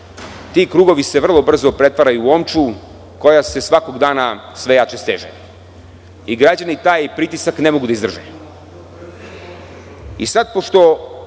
Ti krugovi se vrlo brzo pretvaraju u omču, koja se svakog dana sve jače steže. Građani taj pritisak ne mogu da izdrže. Sada, pošto